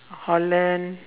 holland